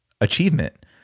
achievement